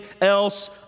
else